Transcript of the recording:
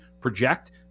project